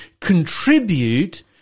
contribute